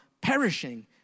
perishing